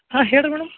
ಹಾಂ ಹೇಳಿರಿ ಮೇಡಮ್